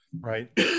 right